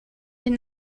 den